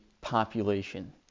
population